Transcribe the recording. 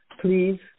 please